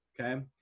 Okay